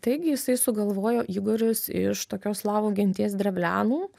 taigi jisai sugalvojo igoris iš tokios slavų genties drevlianų